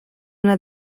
una